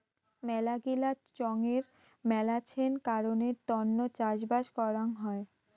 মেলাগিলা চঙের মেলাছেন কারণের তন্ন চাষবাস করাং হই